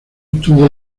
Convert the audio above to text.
obtuvo